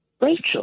Rachel